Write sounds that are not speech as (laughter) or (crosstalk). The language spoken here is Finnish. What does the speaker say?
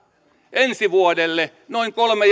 ensi vuodelle noin kolme (unintelligible)